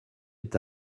est